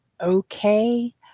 okay